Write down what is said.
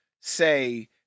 say